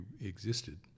existed